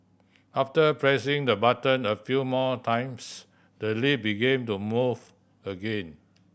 after pressing the button a few more times the lift began moving again